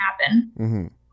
happen